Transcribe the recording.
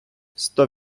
сто